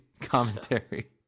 commentary